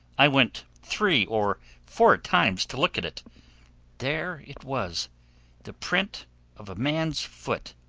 i went three or four times to look at it. there it was the print of a man's foot